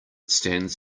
stands